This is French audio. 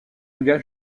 volga